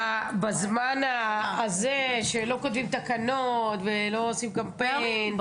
בזמן הזה שלא כותבים תקנות ולא עושים קמפיין,